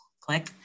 click